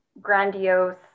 grandiose